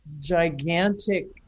gigantic